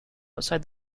outside